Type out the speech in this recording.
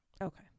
Okay